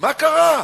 מה קרה?